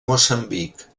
moçambic